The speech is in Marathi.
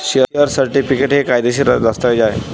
शेअर सर्टिफिकेट हे कायदेशीर दस्तऐवज आहे